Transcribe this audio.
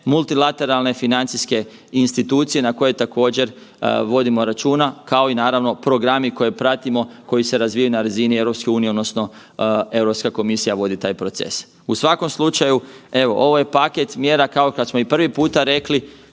multilateralne financijske institucije na koje također vodimo računa, kao i naravno programi koje pratimo, koji se razvijaju na razini EU odnosno Europska komisija vodi taj proces. U svakom slučaju, evo ovo je paket mjera kao kad smo i prvi puta rekli